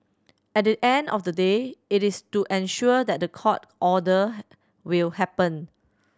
at the end of the day it is to ensure that the court order will happen